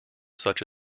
such